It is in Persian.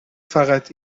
فقط